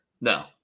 no